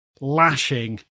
lashing